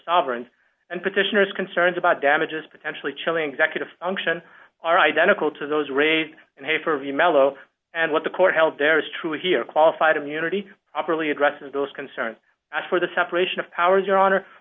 sovereigns and petitioners concerns about damages potentially chilling executive function are identical to those raised and pay for view mello and what the court held there is true here qualified immunity properly addresses those concerns for the separation of powers your